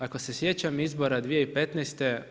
Ako se sjećam izbora 2015.